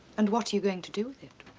and what are you going to do with it?